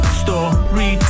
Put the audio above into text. story